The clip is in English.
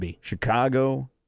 Chicago